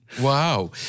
Wow